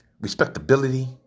respectability